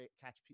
catch